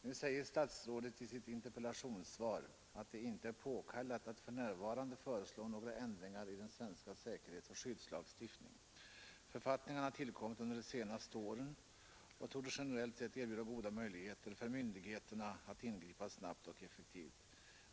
Nu säger statsrådet i sitt interpellationssvar att det inte är påkallat att för närvarande föreslå några ändringar i den svenska säkerhetsoch skyddslagstiftningen. Han framhåller vidare: ”Författningarna har tillkommit under de senaste åren och torde — generellt sett - erbjuda goda möjligheter för myndigheterna att ingripa snabbt och effektivt.